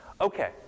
Okay